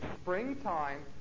springtime